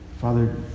Father